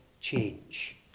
change